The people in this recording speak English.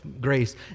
grace